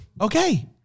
Okay